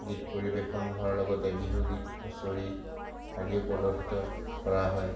গীত পৰিৱেশন হোৱাৰ লগতে বিহু গীত হুঁচৰি আদিও প্ৰদৰ্শিত কৰা হয়